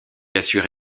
assure